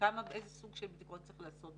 כמה ואיזה סוג של בדיקות צריך לעשות,